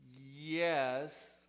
Yes